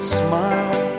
smile